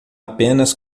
apenas